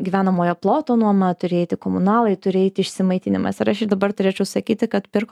gyvenamojo ploto nuoma turi įeiti komunalai turi įeiti išsimaitinimas ir aš jai dabar turėčiau sakyti kad pirk